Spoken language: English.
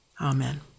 Amen